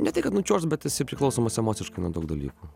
ne tai kad nučiuožt bet esi priklausomas emociškai daug dalykų